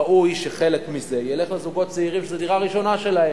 ראוי שחלק מזה ילך לזוגות צעירים שזו הדירה הראשונה שלהם.